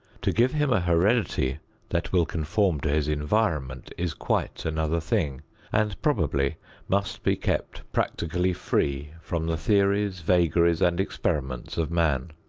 to give him a heredity that will conform to his environment is quite another thing and probably must be kept practically free from the theories, vagaries and experiments of man.